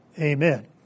Amen